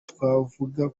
twavuga